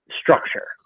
structure